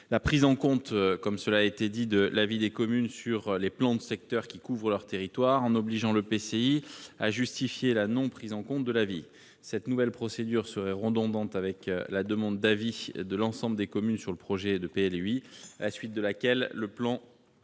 la prise en compte, comme cela a été dit, de l'avis des communes sur les plans de secteur qui couvrent leur territoire, en obligeant l'EPCI à justifier la non-prise en compte de l'avis. Cette nouvelle procédure serait redondante avec la demande d'avis de l'ensemble des communes sur le projet de PLUI, à la suite de laquelle le plan